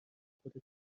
خودتو